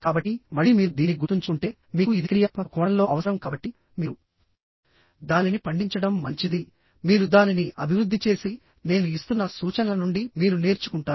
కాబట్టి మళ్ళీ మీరు దీన్ని గుర్తుంచుకుంటే మీకు ఇది క్రియాత్మక కోణంలో అవసరం కాబట్టి మీరు దానిని పండించడం మంచిది మీరు దానిని అభివృద్ధి చేసినేను ఇస్తున్న సూచనల నుండి మీరు నేర్చుకుంటారు